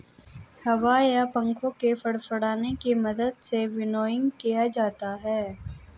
हवा या पंखों के फड़फड़ाने की मदद से विनोइंग किया जाता है